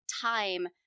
time